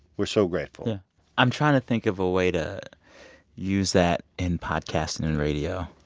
we're so grateful i'm trying to think of a way to use that in podcast and in radio.